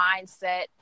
mindset